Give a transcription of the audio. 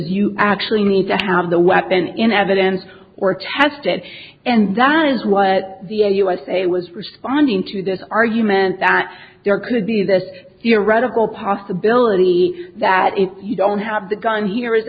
you actually need to have the weapon in evidence or test it and that is what the usa was responding to this argument that there could be this theoretical possibility that if you don't have the gun here i